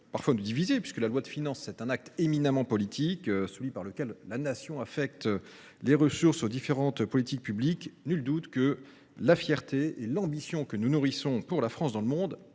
parfois nous diviser, une loi de finances étant un acte éminemment politique, celui par lequel la Nation affecte les ressources aux différentes politiques publiques, nul doute que la fierté et l’ambition que nous nourrissons pour la France dans le monde